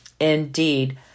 Indeed